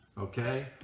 okay